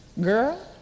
girl